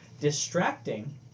distracting